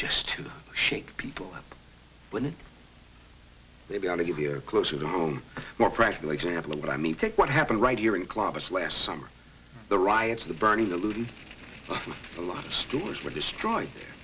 just to shake people up when they be out of your closer to home more practical example of what i mean take what happened right here in columbus last summer the riots the burning the looting a lot of stores were destroyed